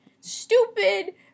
stupid